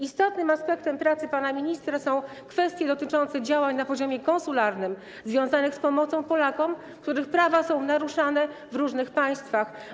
Istotnym aspektem pracy pan ministra są kwestie dotyczące działań na poziomie konsularnym związanych z pomocą Polakom, których prawa są naruszane w różnych państwach.